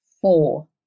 four